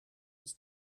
its